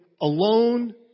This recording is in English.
alone